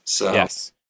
Yes